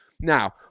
Now